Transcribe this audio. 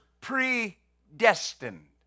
predestined